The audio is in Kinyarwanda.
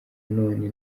none